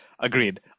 agreed